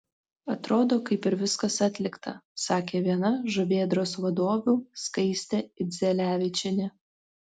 atrodo kaip ir viskas atlikta sakė viena žuvėdros vadovių skaistė idzelevičienė